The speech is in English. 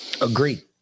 Agreed